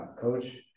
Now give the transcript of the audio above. Coach